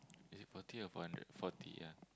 is it forty upon hundred forty yeah